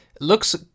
looks